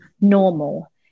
normal